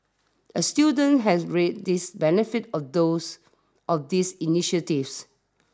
a student has reaped this benefits of those of these initiatives